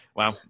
Wow